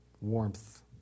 warmth